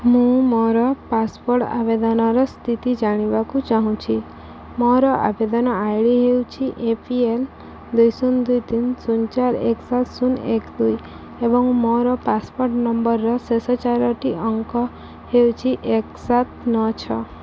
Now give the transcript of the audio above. ମୁଁ ମୋର ପାସପୋର୍ଟ୍ ଆବେଦନର ସ୍ଥିତି ଜାଣିବାକୁ ଚାହୁଁଛି ମୋର ଆବେଦନ ଆଇ ଡ଼ି ହେଉଛି ଏ ପି ଏଲ୍ ଦୁଇ ଶୂନ ଦୁଇ ତିନି ଶୂନ ଚାରି ଏକ ସାତ ଶୂନ ଏକ ଦୁଇ ଏବଂ ମୋର ପାସପୋର୍ଟ୍ ନମ୍ବରର ଶେଷ ଚାରୋଟି ଅଙ୍କ ହେଉଛି ଏକ ସାତ ନଅ ଛଅ